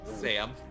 Sam